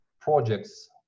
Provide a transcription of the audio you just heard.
projects